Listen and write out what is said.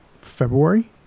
February